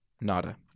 Nada